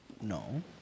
No